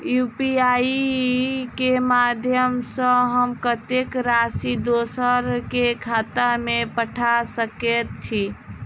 UPI केँ माध्यम सँ हम कत्तेक राशि दोसर केँ खाता मे पठा सकैत छी?